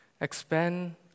Expand